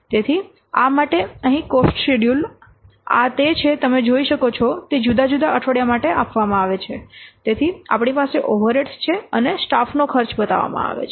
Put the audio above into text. તેથી આ માટે અહીં કોસ્ટ શેડ્યૂલ આ તે છે તમે જોઈ શકો છો કે તે જુદા જુદા અઠવાડિયા માટે આપવામાં આવે છે તેથી આપણી પાસે ઓવરહેડ્સ છે અને સ્ટાફનો ખર્ચ બતાવવામાં આવે છે